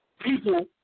people